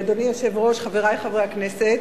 אדוני היושב-ראש, חברי חברי הכנסת,